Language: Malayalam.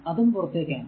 അതും പുറത്തേക്കു ആണ്